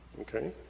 Okay